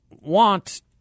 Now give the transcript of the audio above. want